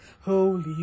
Holy